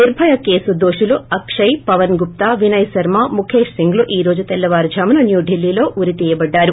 నిర్సయ case దోషులు అక్షయ్ పవన్ గుప్తా వినయ్ శర్మ ముకేశ్ సింగ్లు ఈ రోజు తెల్లవారుజామున న్యూడిల్లీ లో ఉరి తీయబడ్డారు